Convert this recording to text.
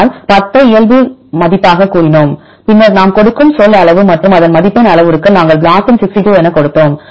ஆனால் 10 ஐ இயல்புநிலை மதிப்பாகக் கூறினோம் பின்னர் நாம் கொடுக்கும் சொல் அளவு மற்றும் அதன் மதிப்பெண் அளவுருக்கள் நாங்கள் BLOSUM 62 எனக் கொடுத்தோம்